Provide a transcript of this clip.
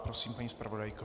Prosím, paní zpravodajko.